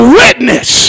witness